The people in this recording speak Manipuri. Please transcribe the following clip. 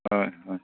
ꯍꯣꯏ ꯍꯣꯏ